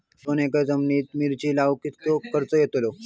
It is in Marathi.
दोन एकर जमिनीत मिरचे लाऊक कितको खर्च यातलो?